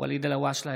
ואליד אלהואשלה,